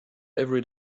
every